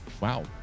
Wow